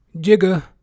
jigger